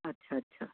अछा अछा